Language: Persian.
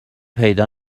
پیدا